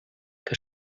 que